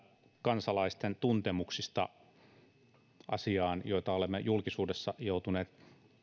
kansalaisten tuntemuksista asiasta jota olemme julkisuudessa joutuneet